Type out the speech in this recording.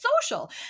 social